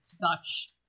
Dutch